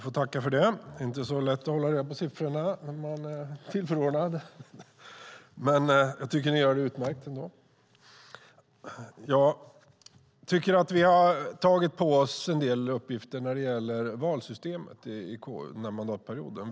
Herr ålderspresident! Vi har tagit på oss en del uppgifter i KU när det gäller valsystemet under den här mandatperioden.